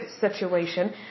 situation